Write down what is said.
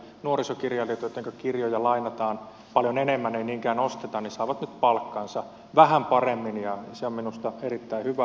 nuorisokirjailijat joittenka kirjoja lainataan paljon enemmän ei niinkään osteta saavat nyt palkkansa vähän paremmin ja se on minusta erittäin hyvä